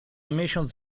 miesiąc